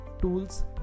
tools